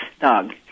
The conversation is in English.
dog